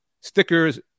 stickers